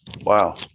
Wow